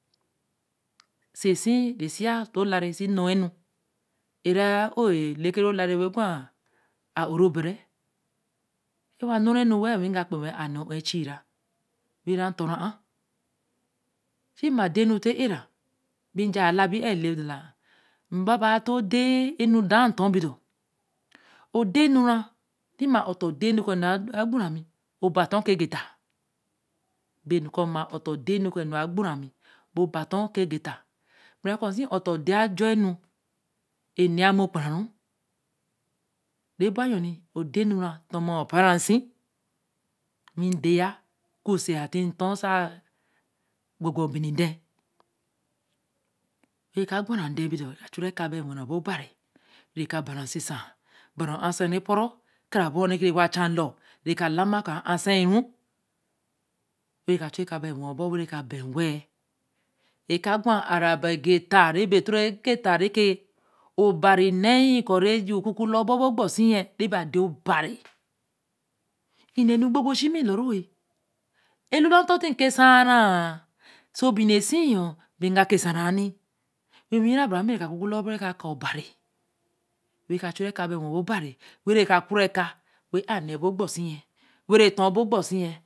oso sī re si ya to lara sī nn̄o wa nu. e ra a-ō le kere ru lare wen gwa a-ō ru bere. to wa nn̄o e nu we-l wī ga kpe wen a neē ō ho chie ra. wi ere tor ra a. sī ma den nute era. bī j̄aā la bi lor e ne oda lāa n baba toō denu daā ntor bu dor o der nure tima ōtor der nu ko a gbu re mi. be oba tor ke ge ta gbere ko si o-to de-ago enu ene yen mi o kpun ra ru. re bo yo nī o der nu ra tor maa n par ra si-wī der ya ku se ar ti tor sa gwa gwa n de-n. re ka gwa n den bo dor re ka chu ra e ka bai wen re bo obari. re ka bare si sa. ba re ora se re poru. ho re wa cha lor; ka ra be or re ke wa cha lor re ka la maa ko a si ru. wen re ka chu e ka bai wen bo wen re ka be we-l. wen ka gwa. aā ra ba geta re be toro ge ta re ke obari neē ko re j̄u ku ku la bo. e bor kpo sī yen re be a der obari. e ne nu gbo gbo chi mī lor ru wen. a lu la ti ke sa reē. oso bīni e se yo bi ki ga ke se ra yen nī. wen owiwire ba ra mi re ka kurkurla bor wen ka kaā obari. wen re ka chu eka bai yen bo obari. wen re ka kur re e ka wen a ne bo kpo se yen. wen tor bo kpo se yen